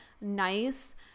nice